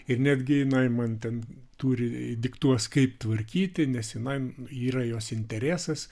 ir netgi jinai man ten turi diktuos kaip tvarkyti nes jinai yra jos interesas